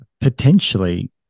potentially